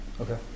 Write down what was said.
Okay